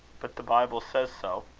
but the bible says so.